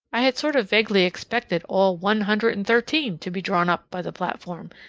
i had sort of vaguely expected all one hundred and thirteen to be drawn up by the platform,